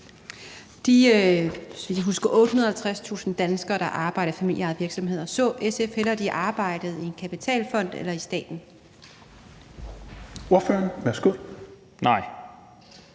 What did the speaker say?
vidt jeg husker, 850.000 danskere, der arbejder i familieejede virksomheder, så SF hellere, at de arbejdede i en kapitalfond eller i staten? Kl. 21:45 Tredje